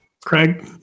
Craig